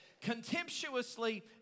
Contemptuously